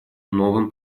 новым